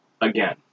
again